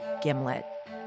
Gimlet